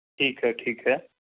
ठीक है ठीक है